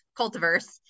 cultiverse